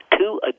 Two